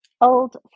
Old